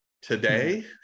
Today